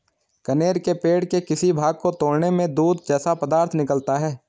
कनेर के पेड़ के किसी भाग को तोड़ने में दूध जैसा पदार्थ निकलता है